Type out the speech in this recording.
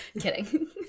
Kidding